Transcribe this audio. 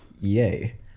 yay